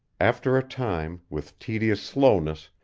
after a time, with tedious slowness,